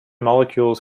molecules